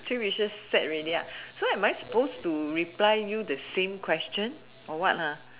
three wishes set already ah so am I supposed to reply you the same question or what ha